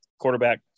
quarterback